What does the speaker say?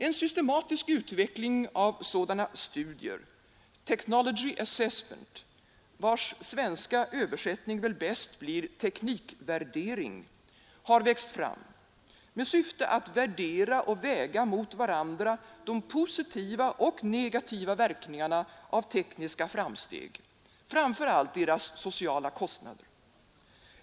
En systematisk utveckling av sådana studier — technology assessment, vars svenska översättning väl bäst blir teknikvärdering — har växt fram med syfte att värdera och väga mot varandra de positiva och negativa verkningarna av tekniska framsteg, framför allt deras sociala kostnader.